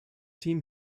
team